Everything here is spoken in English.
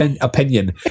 opinion